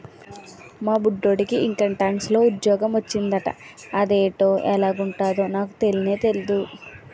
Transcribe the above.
మా బొట్టిడికి ఇంకంటాక్స్ లో ఉజ్జోగ మొచ్చిందట అదేటో ఎలగుంటదో నాకు తెల్నే తెల్దు